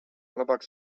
labāk